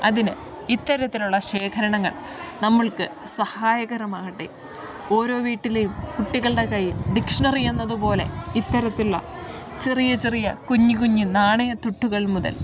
അതിന് ഇത്തരത്തിലുള്ള ശേഖരണങ്ങൾ നമ്മൾക്ക് സഹായകരമാകട്ടെ ഓരോ വീട്ടിലേയും കുട്ടികളുടെ കയ്യിൽ ഡിക്ഷ്ണറിയെന്നത് പോലെ ഇത്തരത്തിള്ള ചെറിയ ചെറിയ കുഞ്ഞ് കുഞ്ഞ് നാണയത്തുട്ടുകൾ മുതൽ